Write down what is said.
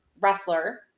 wrestler